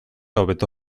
hobeto